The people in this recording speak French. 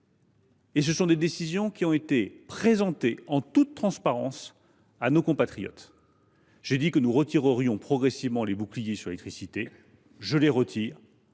qui ont de plus été présentées en toute transparence à nos compatriotes. J’ai dit que nous retirerions progressivement les boucliers sur l’électricité. Je les retire